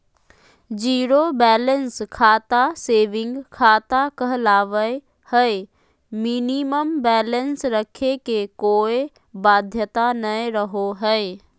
zero balance खाता saving खाता कहलावय हय मिनिमम बैलेंस रखे के कोय बाध्यता नय रहो हय